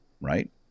Right